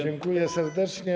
Dziękuję serdecznie.